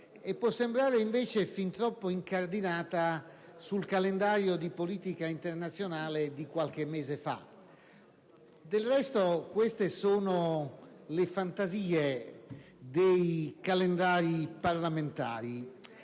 discussione e fin troppo incardinata sul calendario di politica internazionale di qualche mese fa. Del resto, queste sono le fantasie dei calendari parlamentari.